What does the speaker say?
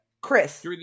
Chris